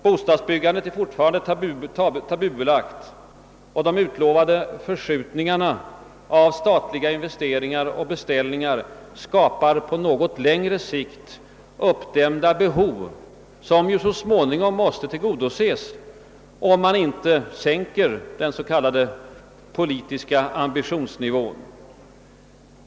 Bostadsbyggandet är fortfarande tabubelagt, och de utlovade förskjutningarna av statliga investeringar och beställningar skapar på något längre sikt uppdämda behov som ju så småningom måste tillgodoses, om man inte sänker den s.k. politiska ambitionsni vån.